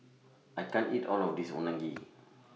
I can't eat All of This Unagi